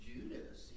Judas